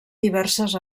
diverses